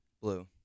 Blue